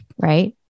right